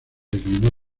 declinó